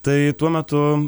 tai tuo metu